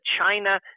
China